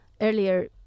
earlier